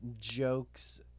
jokes